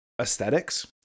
aesthetics